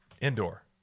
indoor